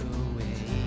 away